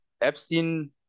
Epstein